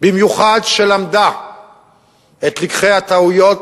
במיוחד אחרי שלמדה את לקחי הטעויות